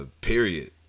period